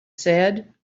said